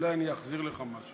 אולי אני אחזיר לך משהו.